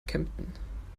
kempten